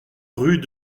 rue